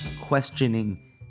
questioning